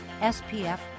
SPF